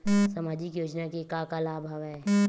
सामाजिक योजना के का का लाभ हवय?